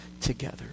together